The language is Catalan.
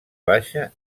baixa